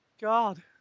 God